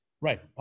Right